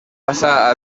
passà